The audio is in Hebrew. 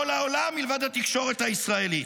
כל העולם, מלבד התקשורת הישראלית,